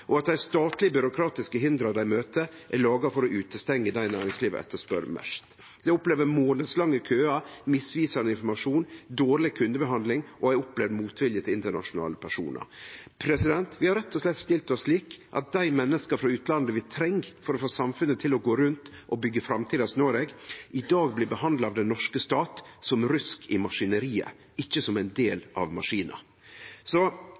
og at dei statlege byråkratiske hindra dei møter, er laga for å stengje ute dei som næringslivet etterspør mest. Dei opplever månadlange køar, misvisande informasjon, dårleg kundebehandling og ei opplevd motvilje mot internasjonale personar. Vi har rett og slett stilt oss slik at dei menneska frå utlandet som vi treng for å få samfunnet til å gå rundt og byggje framtidas Noreg, i dag blir behandla av den norske staten som rusk i maskineriet, ikkje som ein del av maskina. Så